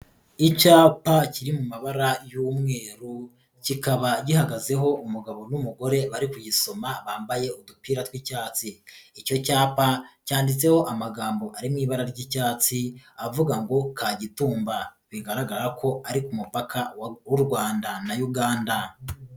Icyapa kiri mu mabara y'umweru kikaba gihagazeho umugabo n'umugore bari kugisoma bambaye udupira tw'icyatsi. Icyo cyapa cyanditseho amagambo ari mu ibara ry'icyatsi avuga ngo Kagitumba bigaragara ko ari ku mupaka w'u Rwanda na Uganda.